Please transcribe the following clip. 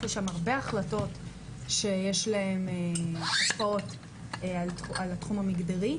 לשם הרבה החלטות שיש להן השפעות על התחום המגדרי,